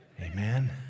Amen